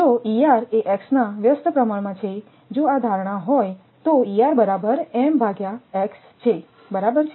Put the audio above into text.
જો એ x ના વ્યસ્ત પ્રમાણ માં છે જો આ ધારણા હોય તો બરાબર